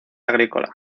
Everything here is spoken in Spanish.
agrícola